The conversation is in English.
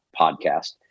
podcast